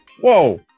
whoa